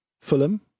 Fulham